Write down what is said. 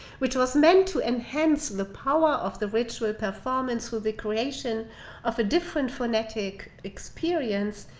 which was meant to enhance the power of the ritual performance with recreation of a different phonetic experience,